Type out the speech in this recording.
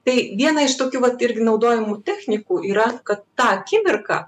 tai viena iš tokių vat irgi naudojamų technikų yra kad tą akimirką